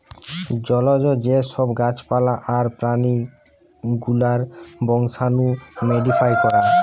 জলজ যে সব গাছ পালা আর প্রাণী গুলার বংশাণু মোডিফাই করা